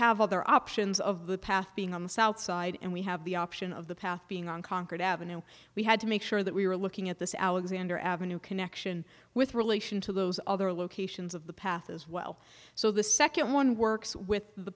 have other options of the path being on the south side and we have the option of the path being on conquered ave we had to make sure that we were looking at this alexander avenue connection with relation to those other locations of the path as well so the second one works with the